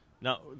Now